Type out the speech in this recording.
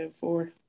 four